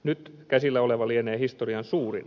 nyt käsillä oleva lienee historian suurin